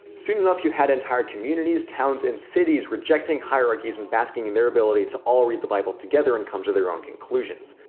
soon enough you had entire communities towns and cities rejecting hierarchies and basking in their ability to all read the bible together and come to their own conclusions.